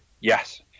yes